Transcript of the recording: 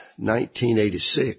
1986